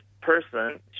person